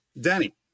Danny